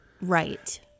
Right